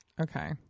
Okay